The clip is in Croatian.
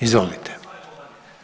Izvolite.